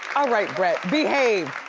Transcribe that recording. all right, brett, behave.